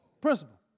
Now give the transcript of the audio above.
Principal